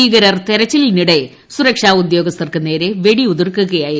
ഭീകരർ തെരച്ചിലിനിടെ സുരക്ഷാ ഉദ്യോഗസ്ഥർക്ക് നേരെ വെടിയുതിർക്കുകയായിരുന്നു